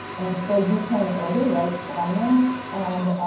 and so you can order right from them and